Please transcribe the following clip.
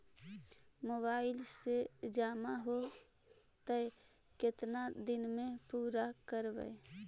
Mobile से जामा हो जैतय, केतना दिन में पुरा करबैय?